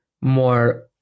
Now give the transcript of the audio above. more